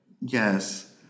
Yes